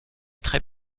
très